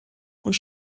und